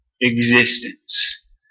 existence